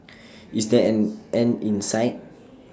is there an end in sight